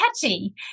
catchy